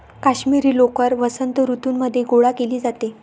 काश्मिरी लोकर वसंत ऋतूमध्ये गोळा केली जाते